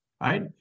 Right